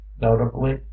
notably